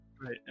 right